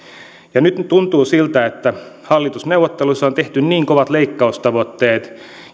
päälle nyt tuntuu siltä että hallitusneuvotteluissa on tehty niin kovat leikkaustavoitteet